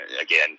again